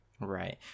Right